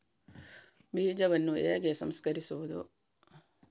ಬೀಜವನ್ನು ಹೇಗೆ ಸಂಸ್ಕರಿಸುವುದು?